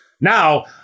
Now